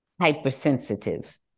hypersensitive